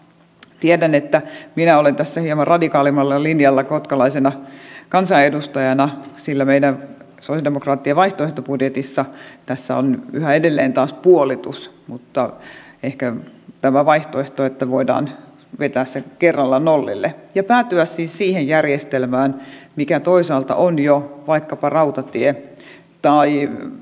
tiedän että minä olen tässä hieman radikaalimmalla linjalla kotkalaisena kansanedustajana sillä meidän sosialidemokraattien vaihtoehtobudjetissa on yhä edelleen taas puolitus mutta ehkä tämä on vaihtoehto että voidaan vetää se kerralla nollille ja päätyä siis siihen järjestelmään mikä toisaalta on jo vaikkapa rautatie tai tieliikenteessä